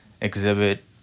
Exhibit